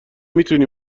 میتونی